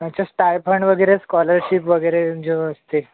अच्छा स्टायफंड वगैरे स्कॉलरशिप वगैरे जो असते